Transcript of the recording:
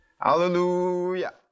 Hallelujah